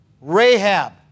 Rahab